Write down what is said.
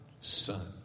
son